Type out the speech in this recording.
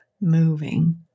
moving